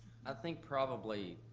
i think probably,